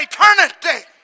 eternity